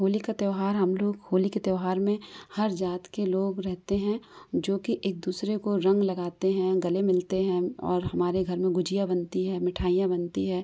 होली का त्योहार हम लोग होली के त्योहार में हर जात के लोग रहते हैं जो कि एक दूसरे को रंग लगाते हैं गले मिलते हैं और हमारे घर में गुजिया बनती है मिठाइयाँ बनती है